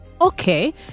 okay